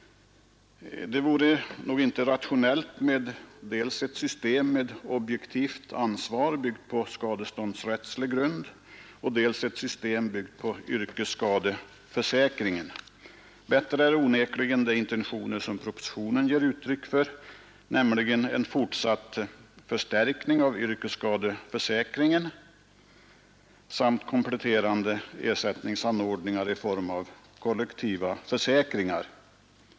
Det vore inte rationellt med dels ett system med objektivt ansvar, byggt på skadeståndsrättsliga grunder, och dels ett system, byggt på yrkesskadeförsäkringen. Bättre är onekligen de intentioner som propositionen ger uttryck för, nämligen en fortsatt förstärkning av yrkesskadeförsäkringen samt kompletterande ersättningsanordningar i form av kollektiva försäkringar.